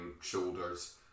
shoulders